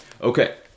Okay